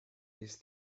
these